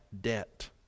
debt